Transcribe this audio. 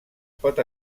pot